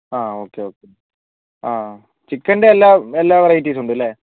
ആ okay okay ആ ചിക്കൻ്റെ എല്ലാ എല്ലാ വെറൈറ്റീസും ഉണ്ടല്ലേ